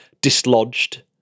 dislodged